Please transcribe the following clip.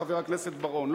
חבר הכנסת בר-און.